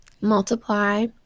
multiply